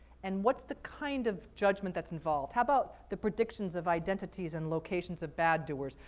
and what's the kind of judgement that's involved? how about the predictions of identities and locations of bad-doers.